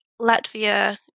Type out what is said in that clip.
Latvia